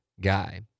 guy